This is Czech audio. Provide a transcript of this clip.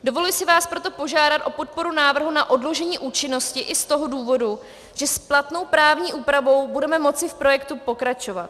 Dovoluji si vás proto požádat o podporu návrhu na odložení účinnosti i z toho důvodu, že s platnou právní úpravou budeme moci v projektu pokračovat.